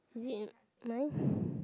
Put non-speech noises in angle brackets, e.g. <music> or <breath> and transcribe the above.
is it mine <breath>